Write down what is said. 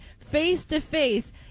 face-to-face